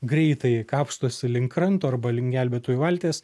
greitai kapstosi link kranto arba link gelbėtojų valties